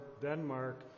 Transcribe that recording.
Denmark